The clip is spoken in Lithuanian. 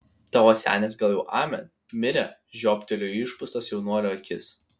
tavo senis gal jau amen mirė žiobtelėjo į išpūstas jaunuolio akis